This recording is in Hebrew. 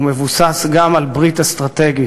הוא מבוסס גם על ברית אסטרטגית,